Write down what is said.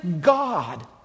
God